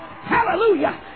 Hallelujah